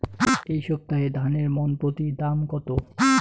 এই সপ্তাহে ধানের মন প্রতি দাম কত?